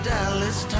Dallas